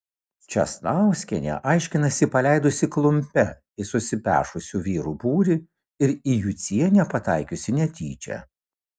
česnauskienė aiškinasi paleidusi klumpe į susipešusių vyrų būrį ir į jucienę pataikiusi netyčia